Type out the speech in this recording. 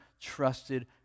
trusted